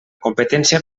competència